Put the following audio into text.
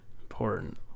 important